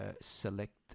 select